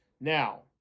Now